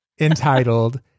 entitled